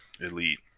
Elite